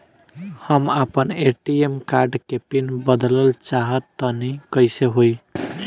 हम आपन ATM card के पीन बदलल चाहऽ तनि कइसे होई?